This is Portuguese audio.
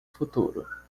futuro